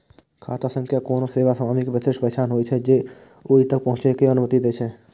खाता संख्या कोनो सेवा स्वामी के विशिष्ट पहचान होइ छै, जे ओइ तक पहुंचै के अनुमति दै छै